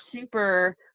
super